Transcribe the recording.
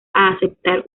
aceptar